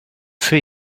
feu